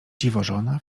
dziwożona